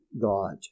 God